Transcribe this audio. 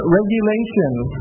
regulations